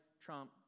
Trump